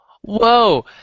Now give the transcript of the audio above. Whoa